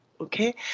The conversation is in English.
okay